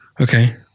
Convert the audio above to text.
Okay